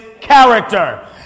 character